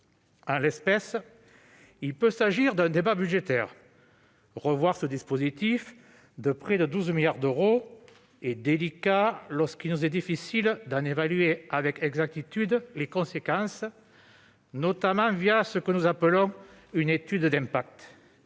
ce débat ? Il peut s'agir d'un débat budgétaire : revoir ce dispositif de près de 12 milliards d'euros est délicat, alors qu'il nous est difficile d'en évaluer avec exactitude les conséquences, notamment en l'absence de ce que nous appelons une étude d'impact.